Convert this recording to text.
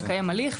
לקיים הליך,